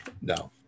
No